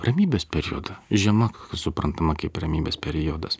ramybės periodą žiema suprantama kaip ramybės periodas